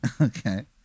Okay